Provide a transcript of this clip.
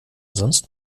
sonst